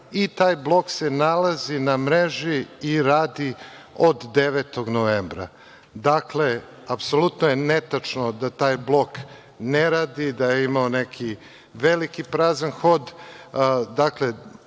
i taj blok se nalazi na mreži i radi od 9 novembra. Dakle, apsolutno je netačno da taj blok ne radi, da je imao neki veliki prazan hod.